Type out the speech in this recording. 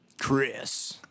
Chris